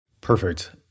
Perfect